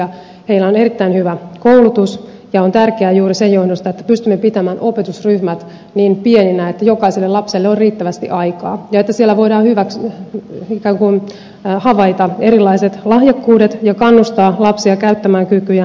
heillä on erittäin hyvä koulutus ja on tärkeää juuri sen johdosta että pystymme pitämään opetusryhmät niin pieninä että jokaiselle lapselle on riittävästi aikaa ja että siellä voidaan ikään kuin havaita erilaiset lahjakkuudet ja kannustaa lapsia käyttämään kykyjään